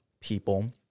people